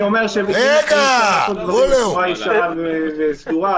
אני אומר שכדי לעשות דברים בצורה ישרה וסדורה,